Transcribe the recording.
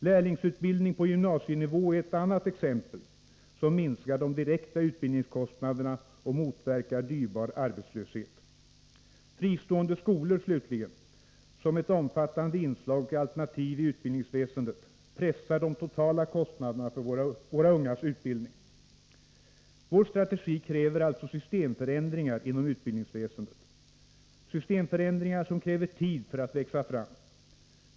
Lärlingsutbildning på gymnasienivå är ett annat exempel, som minskar de direkta utbildningskostnaderna och motverkar dyrbar arbetslöshet. Fristående skolor, slutligen, som ett omfattande inslag och alternativ i utbildningsväsendet pressar de totala kostnaderna för våra ungas utbildning. Vår strategi kräver alltså systemförändringar inom utbildningsväsendet, systemförändringar som kräver tid för att växa fram.